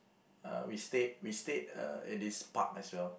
uh we stayed we stayed uh at this park as well